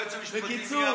היועץ המשפטי אמר,